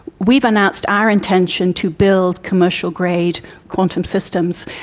we've announced our intention to build commercial-grade quantum systems,